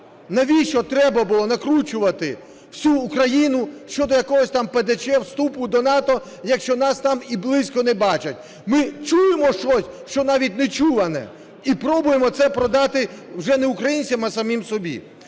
Навіщо треба було накручувати всю Україну щодо якогось там ПДЧ, вступу до НАТО, якщо нас там і близько не бачать. Ми чуємо щось, що навіть нечуване, і пробуємо це продати вже не українцям, а самим собі.